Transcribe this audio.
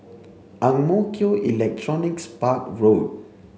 Ang Mo Kio Electronics Park Road